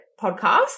podcast